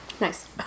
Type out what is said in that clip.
nice